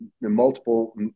multiple